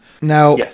now